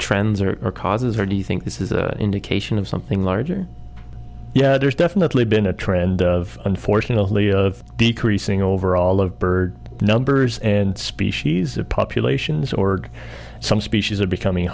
trends or are causes or do you think this is an indication of something larger yeah there's definitely been a trend of unfortunately of decreasing overall of bird numbers and species of populations or some species are becoming